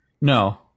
No